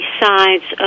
sides